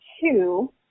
two